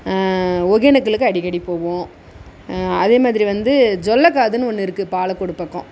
ஒகேனக்கலுக்கு அடிக்கடி போவோம் அதே மாதிரி வந்து ஜொல்ல காதுன்னு ஒன்று இருக்குது பாலக்கோடு பக்கம்